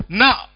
now